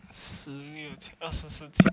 十六千二十四千